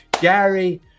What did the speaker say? gary